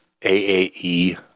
AAE